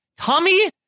Tommy